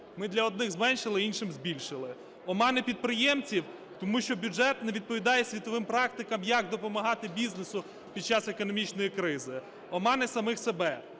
Ми для одних зменшили, іншим збільшили. Омани підприємців, тому що бюджет не відповідає світовим практикам, як допомагати бізнесу під час економічної кризи. Омани самих себе,